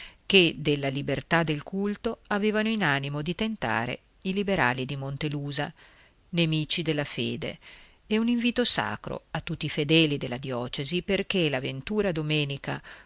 che della libertà del culto avevano in animo di tentare i liberali di montelusa nemici della fede e un invito sacro a tutti i fedeli della diocesi perché la ventura domenica